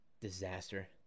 disaster